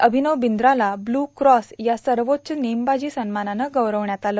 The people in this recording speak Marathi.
अभिनव बिंद्राला ब्ल्यू क्रॉस या सर्वोच्च नेमबाजी सन्मानानं गौरवण्यात आलं